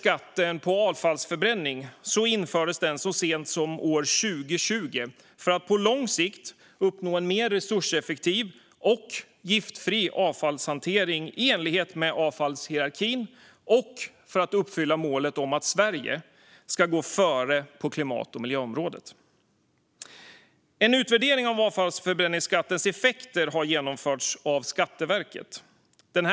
Skatten på avfallsförbränning infördes så sent som 2020 för att på lång sikt uppnå en mer resurseffektiv och giftfri avfallshantering i enlighet med avfallshierarkin och för att uppfylla målet om att Sverige ska gå före på klimat och miljöområdet. En utvärdering av avfallsförbränningsskattens effekter har genomförts av Skatteverket.